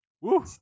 Woo